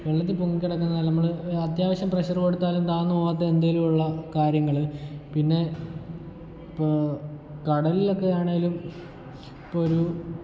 വെള്ളത്തിൽ പൊങ്ങി കിടക്കുന്നതിനാൽ നമ്മൾ അത്യാവശ്യം പ്രഷറ് കൊടുത്താലും താഴ്ന്നു പോകാത്ത എന്തേലും ഉള്ള കാര്യങ്ങൾ പിന്നെ ഇപ്പോൾ കടലിലക്കെ ആണേലും ഇപ്പോൾ ഒരു